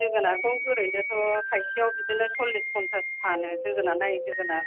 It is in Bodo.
जोगोनारखौ ओरैनोथ' थाइसेआव बिदिनो सल्लिस पन्सास फानो जोगोनार लायै जोगोनार